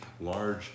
large